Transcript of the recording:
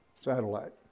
Satellite